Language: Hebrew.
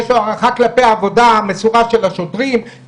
יש לו הערכה כלפי העבודה המסורה של השוטרים.